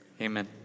Amen